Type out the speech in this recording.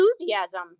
enthusiasm